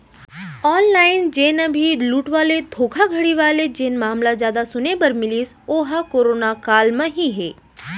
online जेन अभी लूट वाले धोखाघड़ी वाले जेन मामला जादा सुने बर मिलिस ओहा करोना काल म ही हे